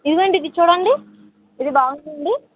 ఇదిగో అండి ఇది చూడండి ఇది బాగుంటుంది